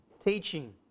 teaching